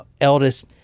eldest